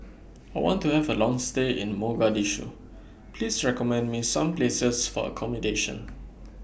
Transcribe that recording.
I want to Have A Long stay in Mogadishu Please recommend Me Some Places For accommodation